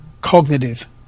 cognitive